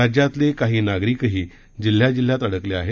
राज्यातले काही नागरिकही जिल्ह्या जिल्ह्यात अडकले आहेत